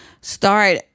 start